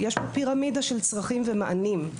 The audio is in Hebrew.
יש פה פירמידה של צרכים ומענים,